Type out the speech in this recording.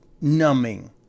numbing